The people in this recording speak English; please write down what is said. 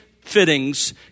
fittings